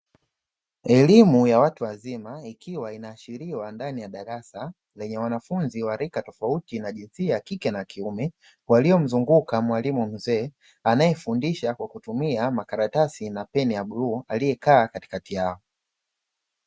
Elimu ya watu wazima ikiwa inaashiriwa ndani ya darasa, lenye wanafunzi wa rika tofauti na jinsia ya kike na kiume, waliomzunguka mwalimu mzee anayefundisha kwa kutumia makaratasi na peni ya bluu aliyekaa katikati yao.